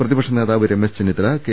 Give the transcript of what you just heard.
പ്രതിപക്ഷനേതാവ് രമേശ് ചെന്നിത്തല കെ